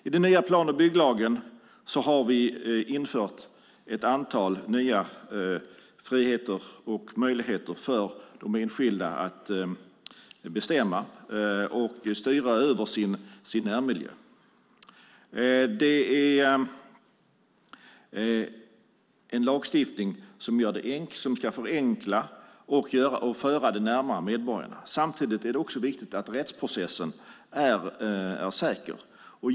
I den nya plan och bygglagen har vi infört ett antal nya friheter och möjligheter för enskilda att bestämma och styra över sin närmiljö. Det är en lagstiftning som ska förenkla och föra det närmare medborgarna. Samtidigt är det viktigt att rättsprocessen är säker.